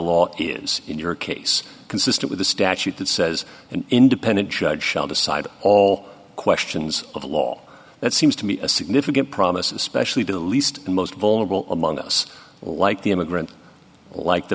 law is in your case consistent with a statute that says an independent judge shall decide all questions of law that seems to be a significant promise especially to the least the most vulnerable among us like the immigrant like the